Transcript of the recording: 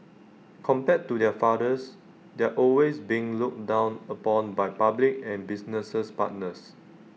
compared to their fathers they're always being looked down upon by public and businesses partners